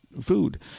food